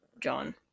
John